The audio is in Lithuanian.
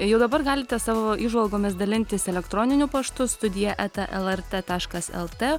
jau dabar galite savo įžvalgomis dalintis elektroniniu paštu studija eta lrt taškas lt